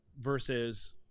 versus